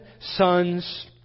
sons